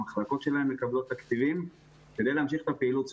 המחלקות שלהם ממשיכות לקבל תקציבים כדי להמשיך את פעילות הספורט.